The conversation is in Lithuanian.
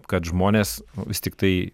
kad žmonės vis tiktai